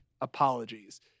Apologies